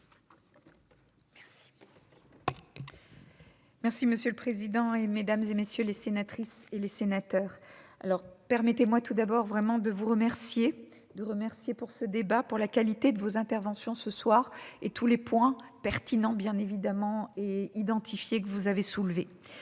prendre. Merci monsieur le président, et mesdames et messieurs les sénatrices et les sénateurs. Alors permettez-moi tout d'abord vraiment de vous remercier de remercier pour ce débat pour la qualité de vos interventions, ce soir et tous les points pertinents, bien évidemment, et identifié que vous avez soulevés,